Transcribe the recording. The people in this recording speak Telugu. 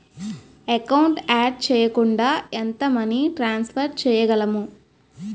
ఎకౌంట్ యాడ్ చేయకుండా ఎంత మనీ ట్రాన్సఫర్ చేయగలము?